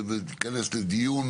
זה דיון